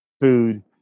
food